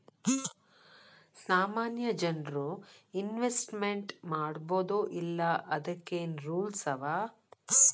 ಸಾಮಾನ್ಯ ಜನ್ರು ಇನ್ವೆಸ್ಟ್ಮೆಂಟ್ ಮಾಡ್ಬೊದೋ ಇಲ್ಲಾ ಅದಕ್ಕೇನ್ ರೂಲ್ಸವ?